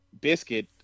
biscuit